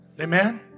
Amen